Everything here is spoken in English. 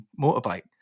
motorbike